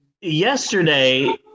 yesterday